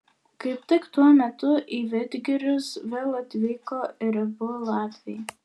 kaip tik tuo metu į vidgirius vėl atvyko ir abu latviai